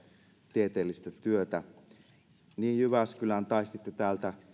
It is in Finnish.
tieteellistä työtä jyväskylään tai sitten täältä